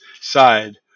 side